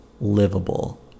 livable